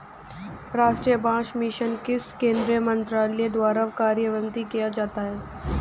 राष्ट्रीय बांस मिशन किस केंद्रीय मंत्रालय द्वारा कार्यान्वित किया जाता है?